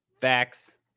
Facts